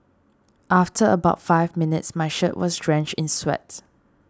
after about five minutes my shirt was drenched in sweat